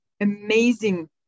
amazing